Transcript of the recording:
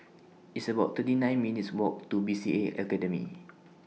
It's about thirty nine minutes' Walk to B C A Academy